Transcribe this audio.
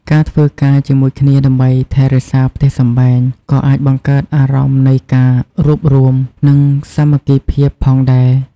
ការធ្វើការជាមួយគ្នាដើម្បីថែរក្សាផ្ទះសម្បែង ក៏អាចបង្កើតអារម្មណ៍នៃការរួបរួម និងសាមគ្គីភាពផងដែរ។